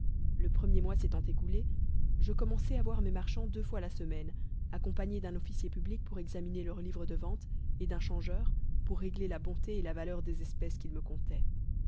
le premier mois s'étant écoulé je commençai à voir mes marchands deux fois la semaine accompagné d'un officier public pour examiner leurs livres de vente et d'un changeur pour régler la bonté et la valeur des espèces qu'ils me comptaient